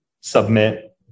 submit